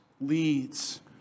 leads